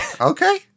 Okay